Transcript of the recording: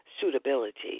suitability